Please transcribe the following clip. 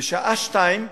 בשעה 14:00,